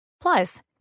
Plus